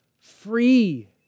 free